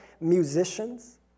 musicians